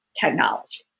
technology